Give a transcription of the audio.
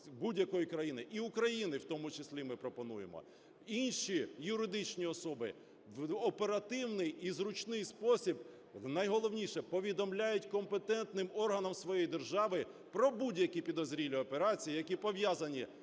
будь-якої країни і України, в тому числі ми пропонуємо, інші юридичні особи в оперативний і зручний спосіб, найголовніше, повідомляють компетентним органам своєї держави про будь-які підозрілі операції, які пов'язані